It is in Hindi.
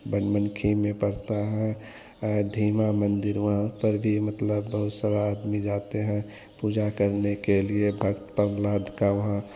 बनमनखी में पड़ता है धीमा मंदिरवाँ पर भी मतलब बहुत सारा आदमी जाते हैं पूजा करने के लिए भक्त प्रहलाद का वहाँ